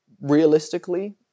Realistically